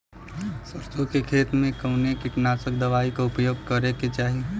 सरसों के खेत में कवने कीटनाशक दवाई क उपयोग करे के चाही?